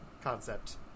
concept